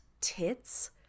tits